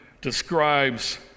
describes